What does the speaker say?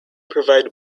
provide